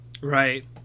Right